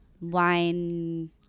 wine